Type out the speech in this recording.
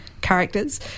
characters